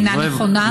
אינה נכונה?